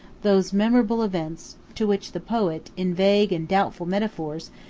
those memorable events, to which the poet, in vague and doubtful metaphors,